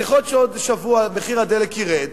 אז יכול להיות שבעוד שבוע מחיר הדלק ירד,